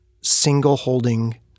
single-holding